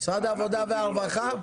משרד העבודה והרווחה?